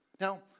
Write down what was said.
Now